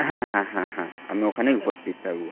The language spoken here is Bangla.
হ্যাঁ হ্যাঁ হ্যাঁ হ্যাঁ আমি ওখানেই উপস্থিত থাকবো